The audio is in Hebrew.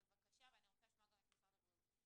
בבקשה, ואני רוצה לשמוע גם את משרד הבריאות.